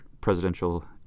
presidential